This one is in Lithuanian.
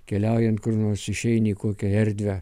keliaujant kur nors išeini į kokią erdvę